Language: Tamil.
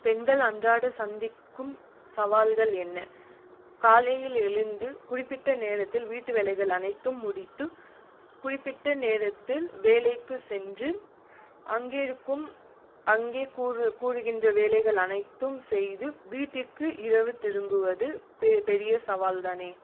பெண்கள் அன்றாட சந்திக்கும் சவால்கள் என்ன காலையில் எழுந்து குறிப்பிட்ட நேரத்தில் வீட்டு வேலைகள் அனைத்தும் முடித்து குறிப்பிட்ட நேரத்தில் வேலைக்கு சென்று அங்கிருக்கும் அங்கே கூறுகின்ற வேலைகள் அனைத்தும் செய்து வீட்டிற்கு இரவு திரும்புவது பெரிய சவால் தானே